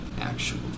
actual